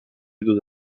les